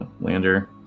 Lander